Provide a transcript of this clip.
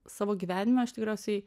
savo gyvenime aš tikriausiai